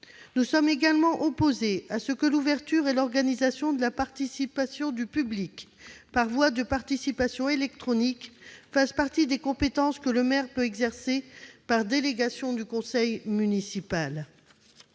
Nous sommes également opposés à ce que l'ouverture et l'organisation de la participation du public par voie de participation électronique fassent partie des compétences que le maire peut exercer par délégation du conseil municipal.